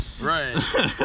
Right